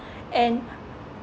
and